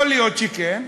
יכול להיות שכן,